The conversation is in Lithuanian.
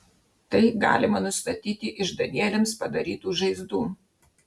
tai galima nustatyti iš danieliams padarytų žaizdų